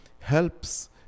helps